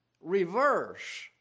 reverse